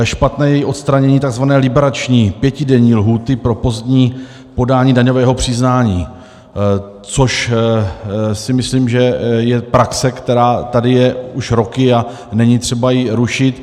Špatné je odstranění takzvané liberační pětidenní lhůty pro pozdní podání daňového přiznání, což si myslím, že je praxe, která tady je už roky, a není třeba ji rušit.